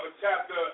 chapter